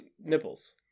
nipples